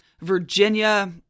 Virginia